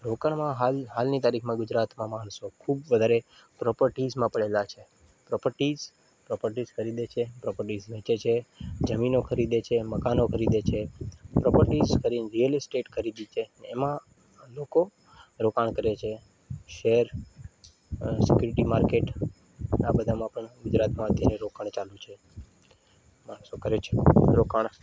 રોકાણમાં હાલ હાલની તારીખમાં ગુજરાતમાં માણસો ખૂબ વધારે પ્રોપર્ટીઝમાં પડેલા છે પ્રોપર્ટીઝ પ્રોપર્ટીઝ ખરીદે છે પ્રોપર્ટીઝ વેચે છે જમીનો ખરીદે છે મકાનો ખરીદે છે પ્રોપર્ટીઝ ખરીને રીયલ એસ્ટેટ ખરીદી છે એમાં લોકો રોકાણ કરે છે શૅર સિક્યોરિટી માર્કેટ આ બધામાં પણ ગુજરાતમાં અત્યારે રોકાણ ચાલું છે માણસો કરે છે રોકાણ